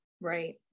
Right